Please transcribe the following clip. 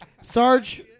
Sarge